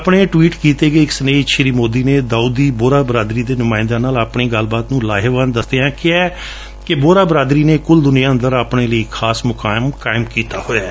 ਆਪਣੇ ਟਵੀਟ ਕੀਤੇ ਗਏ ਸੁਨੇਹੇ ਵਿੱਚ ਸ਼ੀ ਮੋਦੀ ਨੇ ਦਾਵੂਡੀ ਬੋਹਰਾ ਬਰਾਦਰੀ ਦੇ ਨੁਮਾਇੰਦਿਆਂ ਨਾਲ਼ ਆਪਣੀ ਗੱਲਬਾਤ ਨੂੰ ਲਾਹੇਵੰਦ ਦੱਸਦਿਆਂ ਕਿਹੈ ਕਿ ਬੋਹਰਾ ਬਰਾਦਰੀ ਨੇ ਕੁੱਲ ਦੁਨੀਆ ਅੰਦਰ ਆਪਣੇ ਲਈ ਇੱਕ ਖਾਸ ਮੁਕਾਮ ਕਾਇਮ ਕੀਤਾ ਹੋਇਐ